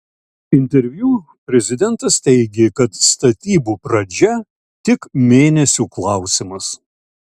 interviu prezidentas teigė kad statybų pradžia tik mėnesių klausimas